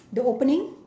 the opening